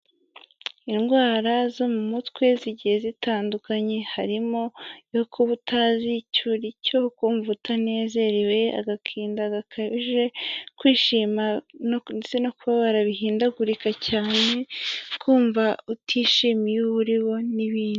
Indwara zo mu mutwe zigiye zitandukanye, harimo iyo kuba utazi icyo uricyo, kumva utanezerewe, agahinda gakaje, kwishima ndetse no kubabara bihindagurika cyane, kumva utishimiye uwo uri we n'ibindi.